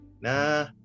nah